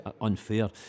unfair